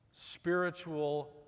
spiritual